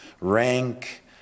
rank